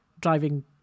driving